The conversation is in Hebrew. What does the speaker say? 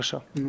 (מ/1370).